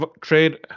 trade